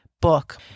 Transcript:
book